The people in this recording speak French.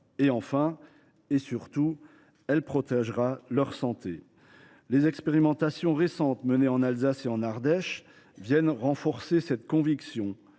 Enfin, et surtout, elle protégera leur santé. Les expérimentations récentes menées en Alsace et en Ardèche viennent renforcer cette conviction.